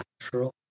natural